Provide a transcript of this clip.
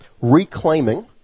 reclaiming